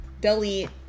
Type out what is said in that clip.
delete